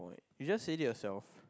you just said it yourself